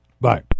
Bye